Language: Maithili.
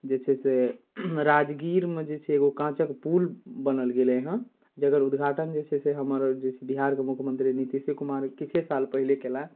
जे छै से राजगीरमे जे छै एगो काँचके पुल बनाएल गेलै हँ जकर उद्घाटन जे छै से हमर बिहारके मुख्यमन्त्री नीतीश कुमार किछुए साल पहिले कएलाह